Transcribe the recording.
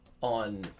on